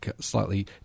slightly